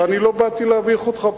ואני לא באתי להביך אותך פה.